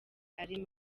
ari